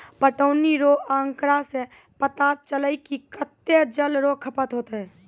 पटौनी रो आँकड़ा से पता चलै कि कत्तै जल रो खपत होतै